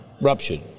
Ruptured